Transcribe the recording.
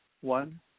one